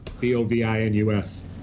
B-O-V-I-N-U-S